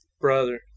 brother